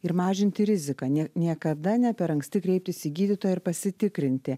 ir mažinti riziką ne niekada ne per anksti kreiptis į gydytoją ir pasitikrinti